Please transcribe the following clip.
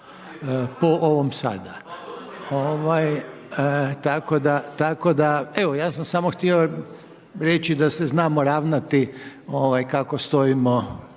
po ovome sada. Tako da evo, ja sam samo htio reći, da se znamo ravnati, kako stojimo